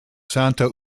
santa